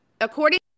According